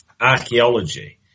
archaeology